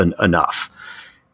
enough